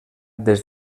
des